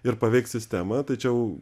ir paveikt sistemą tai čia jau